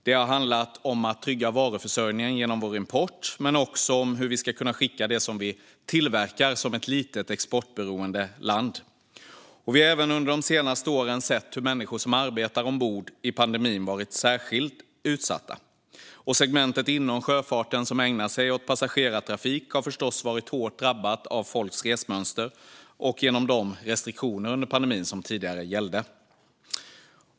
Det har handlat om att trygga varuförsörjningen genom vår import men också om hur vi ska kunna skicka ut det som vi tillverkar som ett litet, exportberoende land. Vi har även under de senaste åren sett hur människor som arbetar ombord varit särskilt utsatta i pandemin. Segmentet inom sjöfarten som ägnar sig åt passagerartrafik har förstås varit hårt drabbat av folks resmönster och genom de restriktioner som tidigare gällde under pandemin.